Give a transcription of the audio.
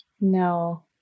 No